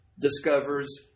discovers